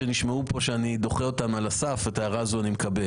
שנעשו בכנסות האחרונות ואין שום בעיה עם